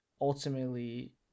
ultimately